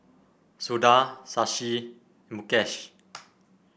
Suda Shashi and Mukesh